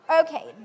Okay